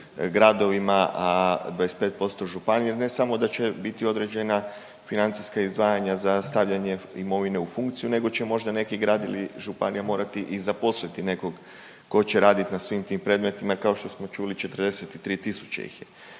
gradovima, a 25% županije. Ne samo da će biti određena financijska izdvajanja za stavljanje imovine u funkciju nego će možda neki grad ili županija morati i zaposliti nekog tko će radit na svim tim predmetima. Kao što smo čuli 43 tisuće ih je.